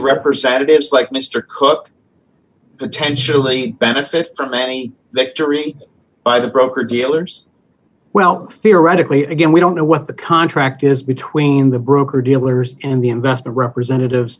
representatives like mr cook potentially benefit from any victory by the broker dealers well theoretically again we don't know what the contract is between the broker dealers and the investment representatives